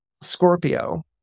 Scorpio